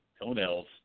toenails